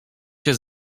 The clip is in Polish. się